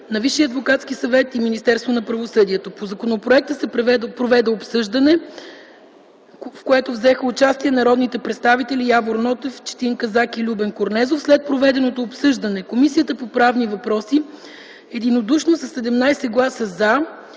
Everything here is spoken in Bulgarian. на Висшия адвокатски съвет и Министерството на правосъдието. По законопроекта се проведе обсъждане, в което взеха участие народните представители – Явор Нотев, Четин Казак и Любен Корнезов. След проведеното обсъждане Комисията по правни въпроси единодушно с 17 гласа „за”